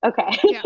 okay